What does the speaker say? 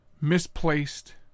Misplaced